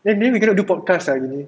maybe we cannot do podcast sia gini